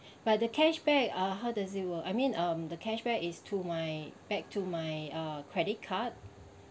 but the cashback uh how does it work I mean um the cashback is to my back to my uh credit card